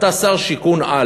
אתה שר שיכון-על.